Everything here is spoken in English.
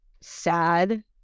sad